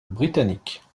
britannique